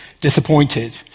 disappointed